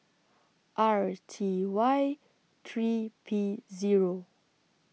R T Y three P Zero